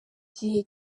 gihe